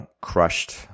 crushed